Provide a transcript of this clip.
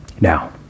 Now